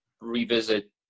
revisit